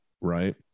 right